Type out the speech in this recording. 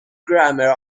grammar